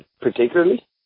particularly